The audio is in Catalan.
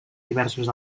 diversos